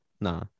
Nah